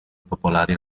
popolari